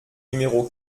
numéro